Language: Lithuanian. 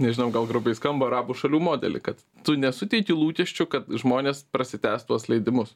nežinau gal grubiai skamba arabų šalių modelį kad tu nesuteiki lūkesčių kad žmonės prasitęs tuos leidimus